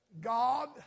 God